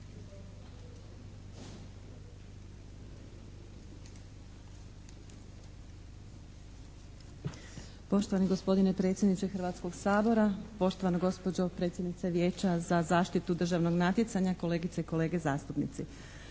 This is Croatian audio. Poštovani gospodine predsjedniče Hrvatskog sabora, poštovana gospođo predsjednice Vijeća za zaštitu državnog natjecanja, kolegice i kolege zastupnici.